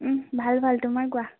ওম ভাল ভাল তোমাৰ কোৱা